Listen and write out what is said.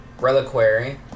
reliquary